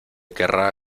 querrá